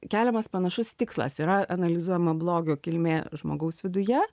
keliamas panašus tikslas yra analizuojama blogio kilmė žmogaus viduje